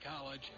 College